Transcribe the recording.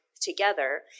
together